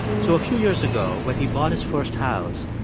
so a few years ago when he bought his first house,